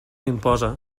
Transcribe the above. imposa